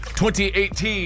2018